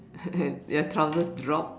your trousers drop